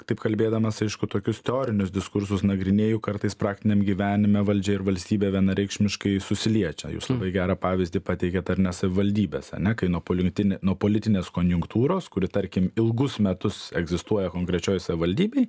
taip kalbėdamas aišku tokius teorinius diskursus nagrinėju kartais praktiniam gyvenime valdžia ir valstybė vienareikšmiškai susiliečia jūs labai gerą pavyzdį pateikėt ar ne savivaldybės ane kai nuo politine nuo politinės konjunktūros kuri tarkim ilgus metus egzistuoja konkrečioj savivaldybėj